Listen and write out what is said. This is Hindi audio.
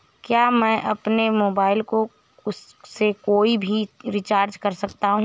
क्या मैं अपने मोबाइल से कोई भी रिचार्ज कर सकता हूँ?